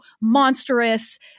monstrous